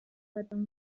этом